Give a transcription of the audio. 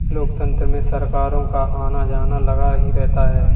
लोकतंत्र में सरकारों का आना जाना लगा ही रहता है